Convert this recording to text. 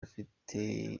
ufite